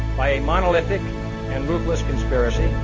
by a monolithic and ruthless conspiracy.